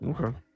okay